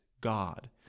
God